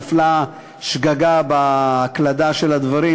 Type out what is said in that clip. נפלה שגגה בהקלדה של הדברים,